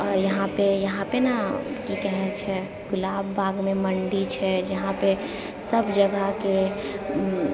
आओर यहाँपे यहाँपे ने कि कहै छै गुलाब बागमे मण्डी छै जहाँपे सब जगहके